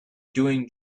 doing